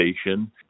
station